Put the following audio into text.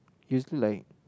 usally like